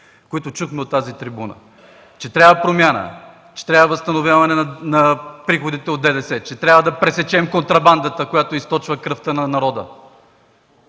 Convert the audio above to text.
които чухме от тази трибуна, че трябва промяна, че трябва възстановяване на приходите от ДДС, че трябва да пресечем контрабандата, която източва кръвта на народа,